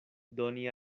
doni